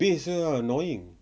bass ah annoying